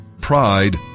Pride